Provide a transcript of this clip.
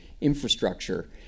infrastructure